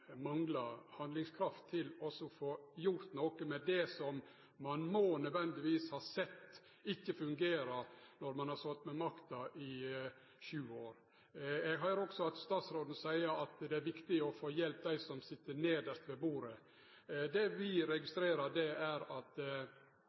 handlingskraft til å få gjort noko med det ein nødvendigvis må ha sett ikkje fungerer, når ein har sete med makta i sju år. Eg høyrer også at statsråden seier at det er viktig å hjelpe dei som sit nedst ved bordet. Det vi